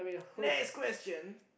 next question